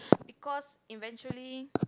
because eventually